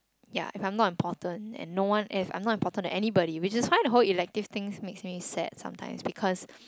ya if I'm not important and no one ask I am not important than anybody which is why the whole elective thing makes me sad sometimes because